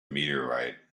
meteorite